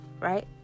right